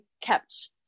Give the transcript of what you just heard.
kept